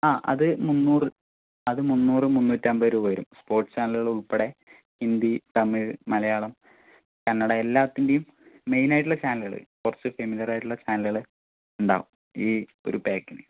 ആ അത് മുന്നൂറ് അത് മുന്നൂറ് മുന്നൂറ്റമ്പത് രൂപവരും സ്പോർട്സ് ചാനലുകളുൾപ്പെടെ ഹിന്ദി തമിഴ് മലയാളം കന്നഡ എല്ലാത്തിൻ്റെയും മെയിനായിട്ടുള്ള ചാനലുകള് കുറച്ച് ഫെമിലിയർ ആയിട്ടുള്ള ചാനലുകള്ണ്ടാവും ഈ ഒരു പായ്ക്കിന്